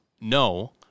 no